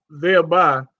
thereby